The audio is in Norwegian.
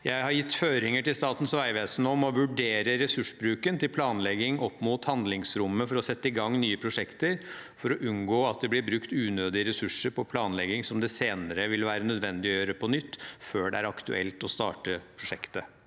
«Jeg har gitt føringer til Statens vegvesen om å vurdere ressursbruken til planlegging opp mot handlingsrommet for å sette i gang nye prosjekter for å unngå at det blir brukt unødige ressurser på planlegging som det senere vil være nødvendig å gjøre på nytt før det er aktuelt å starte prosjektet.»